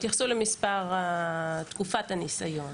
הם התייחסו לתקופת הניסיון.